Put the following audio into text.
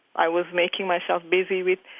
i was making myself busy with